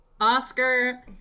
Oscar